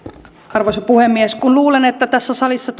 arvoisa puhemies kun luulen että tässä salissa